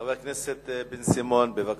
חבר הכנסת בן-סימון, בבקשה.